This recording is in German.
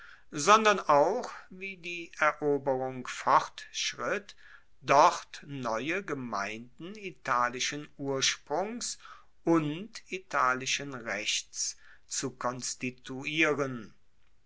sondern auch wie die eroberung fortschritt dort neue gemeinden italischen ursprungs und italischen rechts zu konstituieren